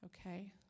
Okay